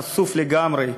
חשוף לגמרי,